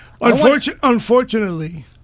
Unfortunately